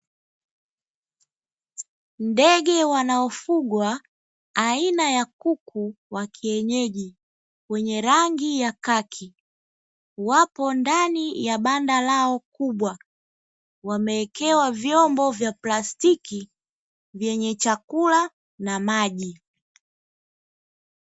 Ndege wanaofugwa aina ya kuku wa kienyeji, wenye rangi ya khaki. Wapo ndani ya banda lao kubwa, wamewekewa vyombo vya plastiki vyenye chakula na maji.